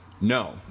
no